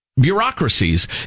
Bureaucracies